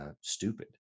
stupid